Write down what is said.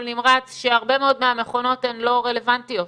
נמרץ שהרבה מאוד מהמכונות הן לא רלוונטיות,